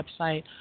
website